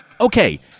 Okay